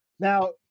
Now